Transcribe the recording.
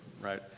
right